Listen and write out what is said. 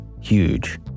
huge